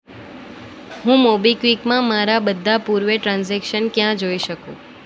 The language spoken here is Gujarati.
હું મોબીક્વિકમાં મારા બધાં પૂર્વ ટ્રાન્ઝેક્શન ક્યાં જોઈ શકું